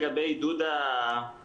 לגבי עידוד הפילנתרופיה,